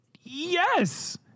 Yes